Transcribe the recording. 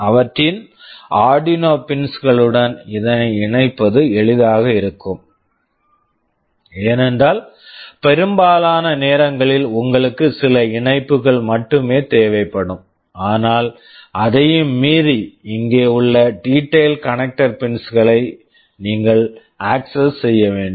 அவற்றின் Arduino pins Arduino pins களுடன் இதனை இணைப்பது எளிதாக இருக்கும் ஏனென்றால் பெரும்பாலான நேரங்களில் உங்களுக்கு சில இணைப்புகள் மட்டுமே தேவைப்படும் ஆனால் அதையும் மீறி இங்கே உள்ள detailed connector pins detailed connector pins களை நீங்கள் அக்சஸ் access செய்ய வேண்டும்